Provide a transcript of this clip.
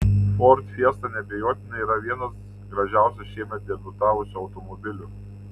ford fiesta neabejotinai yra vienas gražiausių šiemet debiutavusių automobilių